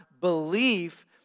belief